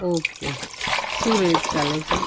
okay શું rate ચાલે છે